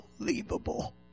unbelievable